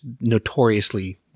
notoriously